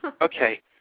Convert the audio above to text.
Okay